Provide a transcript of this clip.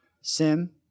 Sim